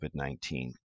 COVID-19